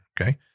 Okay